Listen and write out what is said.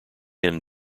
end